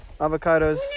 avocados